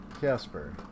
Casper